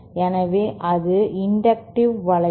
எனவே அது இன்டக்டிவ் விளைவு